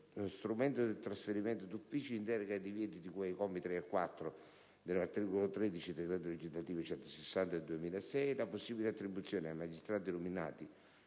strumento del trasferimento d'ufficio, in deroga ai divieti di cui ai commi 3 e 4 dell'articolo 13 del decreto legislativo n. 160 del 2006 e la possibile attribuzione ai magistrati nominati